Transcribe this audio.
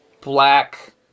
black